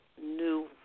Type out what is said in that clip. new